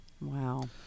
Wow